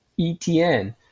ETN